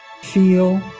feel